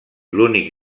l’únic